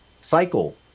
cycle